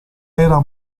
era